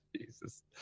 Jesus